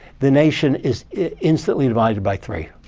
the nation is instantly divided by three.